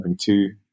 two